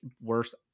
worse